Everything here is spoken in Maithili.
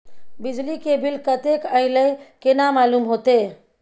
बिजली के बिल कतेक अयले केना मालूम होते?